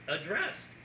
addressed